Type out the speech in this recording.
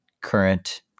current